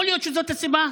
יכול להיות שזאת הסיבה?